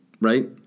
right